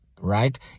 right